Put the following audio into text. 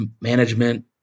management